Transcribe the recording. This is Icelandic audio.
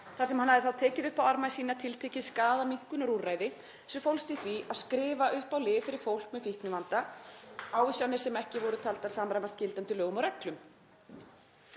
þar sem hann hafði tekið upp á arma sína tiltekið skaðaminnkunarúrræði sem fólst í því að skrifa upp á lyf fyrir fólk með fíknivanda, ávísanir sem ekki voru taldar samræmast gildandi lögum og reglum.